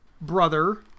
brother